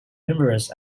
numerous